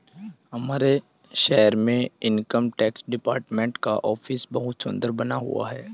हमारे शहर में इनकम टैक्स डिपार्टमेंट का ऑफिस बहुत सुन्दर बना हुआ है